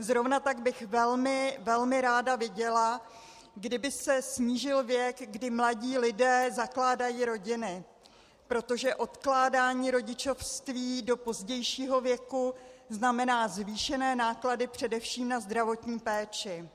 Zrovna tak bych velmi ráda viděla, kdyby se snížil věk, kdy mladí lidé zakládají rodiny, protože odkládání rodičovství do pozdějšího věku znamená zvýšené náklady především na zdravotní péči.